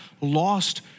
lost